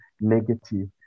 negative